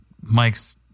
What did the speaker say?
Mike's